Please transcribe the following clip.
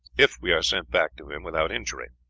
if we are sent back to him without injury.